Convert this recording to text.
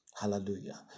Hallelujah